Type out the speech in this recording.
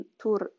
tour